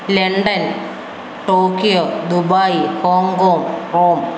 London Tokyo Dubai Hong Kong Rome